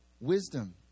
Wisdom